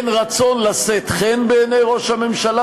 אם רצון לשאת חן בעיני ראש הממשלה,